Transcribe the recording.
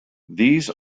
these